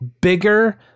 bigger